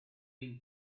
been